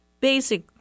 basic